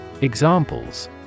Examples